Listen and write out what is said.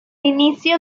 inicio